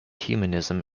humanism